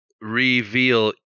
reveal